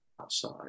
outside